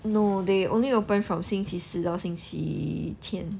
no they only open from 星期四到星期天